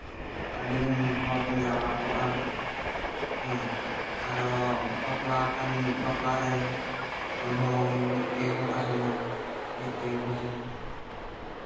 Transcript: ᱥᱮ ᱟᱹᱰᱤᱜᱟᱱ ᱦᱚᱲᱵᱚᱱ ᱡᱟᱣᱨᱟ ᱠᱚᱜᱼᱟ ᱦᱮᱸ ᱟᱨᱚ ᱵᱟᱯᱞᱟ ᱟᱠᱟᱱ ᱵᱟᱯᱞᱟ ᱨᱮ ᱩᱱᱦᱚᱸ ᱢᱤᱫ ᱛᱮᱜᱮ ᱵᱚᱱ ᱛᱟᱦᱮᱱᱟ ᱢᱤᱫ ᱛᱮᱜᱮ ᱵᱚᱱ ᱡᱚᱢ ᱧᱩᱜᱼᱟ